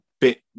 bit